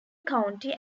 county